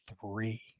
three